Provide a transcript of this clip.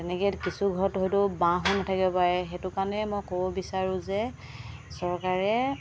তেনেকৈ কিছু ঘৰত হয়তো বাঁহো নাথাকিব পাৰে সেইটো কাৰণে মই ক'ব বিচাৰোঁ যে চৰকাৰে